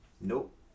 Nope